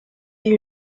you